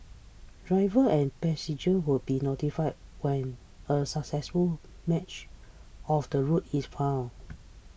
drivers and passengers will be notified when a successful match of the route is found